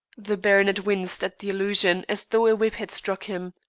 the baronet winced at the allusion as though a whip had struck him.